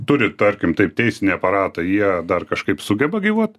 turi tarkim taip teisinį aparatą jie dar kažkaip sugeba gyvuot